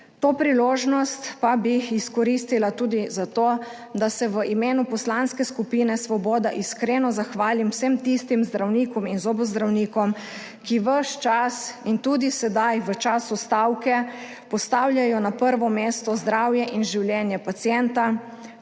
To priložnost pa bi izkoristila tudi za to, da se v imenu Poslanske skupine Svoboda iskreno zahvalim vsem tistim zdravnikom in zobozdravnikom, ki ves čas in tudi sedaj v času stavke postavljajo na prvo mesto zdravje in življenje pacienta,